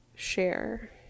share